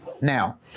Now